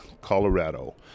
Colorado